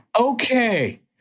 Okay